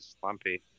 slumpy